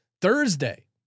Thursday